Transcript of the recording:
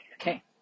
Okay